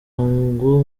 ngo